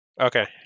Okay